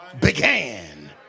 began